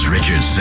Richard